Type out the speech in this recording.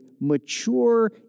mature